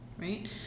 right